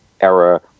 era